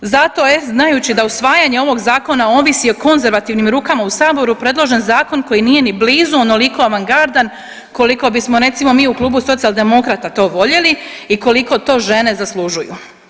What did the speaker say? Zato je znajući da usvajanje ovog zakona ovisi o konzervativnim rukama u saboru predložen zakon koji nije ni blizu onoliko avangardan koliko bismo mi recimo u Klubu Socijaldemokrata to voljeli i koliko to žene zaslužuju.